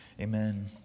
Amen